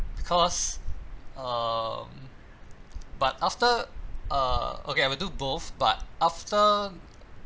because um but after uh okay I would do both but after